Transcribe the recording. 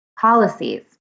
policies